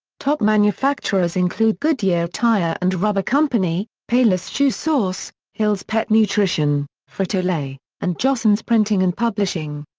top manufacturers include goodyear tire and rubber company, payless shoesource, hill's pet nutrition, frito-lay, and jostens printing and publishing.